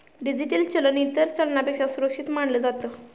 digital चलन इतर चलनापेक्षा सुरक्षित मानले जाते